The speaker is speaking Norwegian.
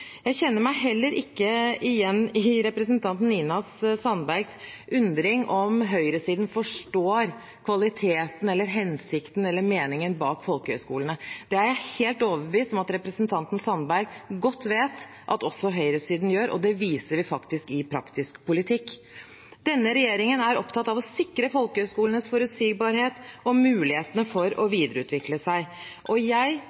Jeg kjenner meg heller ikke igjen i representanten Nina Sandbergs undring over om høyresiden forstår kvaliteten, hensikten eller meningen bak folkehøyskolene. Det er jeg helt overbevist om at representanten Sandberg godt vet at også høyresiden gjør, og det viser vi faktisk i praktisk politikk. Denne regjeringen er opptatt av å sikre folkehøyskolenes forutsigbarhet og mulighetene for å videreutvikle seg, og jeg